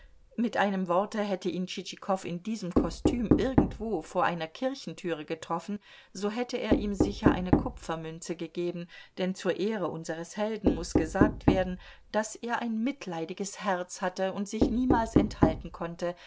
mit einem worte hätte ihn tschitschikow in diesem kostüm irgendwo vor einer kirchentüre getroffen so hätte er ihm sicher eine kupfermünze gegeben denn zur ehre unseres helden muß gesagt werden daß er ein mitleidiges herz hatte und sich niemals enthalten konnte